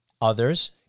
others